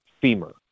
femur